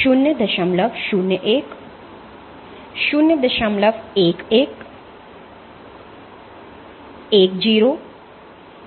011 10 100 इत्यादि कर सकते हैं